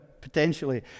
potentially